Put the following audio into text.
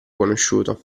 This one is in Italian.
conosciuto